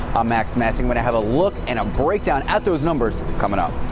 i'm max massey what i have a look and a breakdown at those numbers coming up.